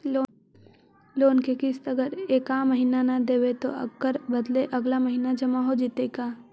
Loan के किस्त अगर एका महिना न देबै त ओकर बदले अगला महिना जमा हो जितै का?